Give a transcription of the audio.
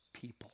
people